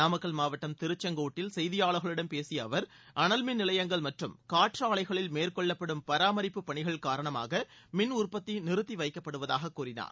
நாமக்கல் மாவட்டம் திருச்செங்கோட்டில் செய்தியாளர்களிடம் பேசிய அவர் அனல் மின் நிலையங்கள் மற்றும் காற்றாலைகளில் மேற்கொள்ளப்படும் பராமரிப்பு பணிகள் காரணமாக மின் உற்பத்தி நிறத்தி வைக்கப்படுவதாகக் கூறினார்